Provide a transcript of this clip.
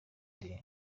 dieu